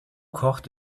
kocht